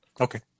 Okay